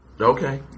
Okay